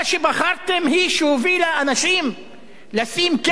אנשים לשים קץ לחייהם בצורה הטרגית,